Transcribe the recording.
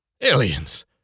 Aliens